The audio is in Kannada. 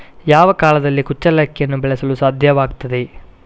ಯಾವ ಕಾಲದಲ್ಲಿ ಕುಚ್ಚಲಕ್ಕಿಯನ್ನು ಬೆಳೆಸಲು ಸಾಧ್ಯವಾಗ್ತದೆ?